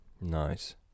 Nice